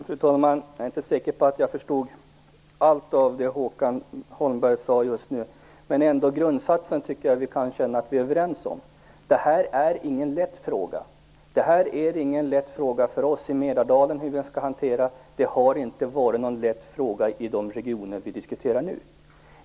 Fru talman! Jag är inte säker på att jag förstod allt av det som Håkan Holmberg sade. Men vi kan ändå känna att vi är överens om grundsatsen: Detta är ingen lätt fråga. Den är inte lätt att hantera för oss i Mälardalen, och den har inte varit lätt att hantera i de regioner vi nu diskuterar.